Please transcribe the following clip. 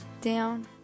down